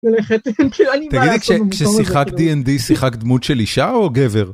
תגידי כששיחקת dnd שיחקת דמות של אישה או גבר?